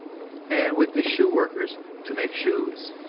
and with the shoe-workers to make shoes.